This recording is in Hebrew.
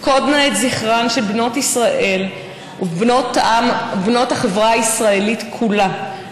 // פקוד-נא את זכרן של בנות ישראל" ובנות החברה הישראלית כולה,